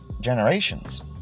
generations